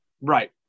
Right